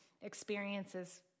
experiences